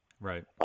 Right